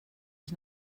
ich